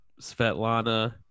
Svetlana